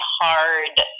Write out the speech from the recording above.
hard